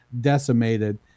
decimated